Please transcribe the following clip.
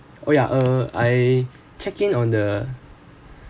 oh ya uh I check in on the